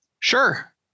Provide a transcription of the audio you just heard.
sure